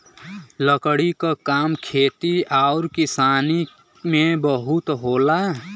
लकड़ी क काम खेती आउर किसानी में बहुत होला